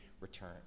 return